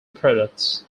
products